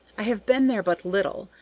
i have been there but little,